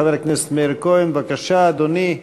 חבר הכנסת מאיר כהן, בבקשה, אדוני,